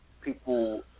people